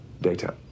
Data